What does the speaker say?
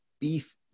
Beef